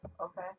Okay